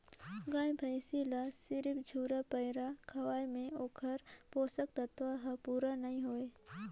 गाय भइसी ल सिरिफ झुरा पैरा खवाये में ओखर पोषक तत्व हर पूरा नई होय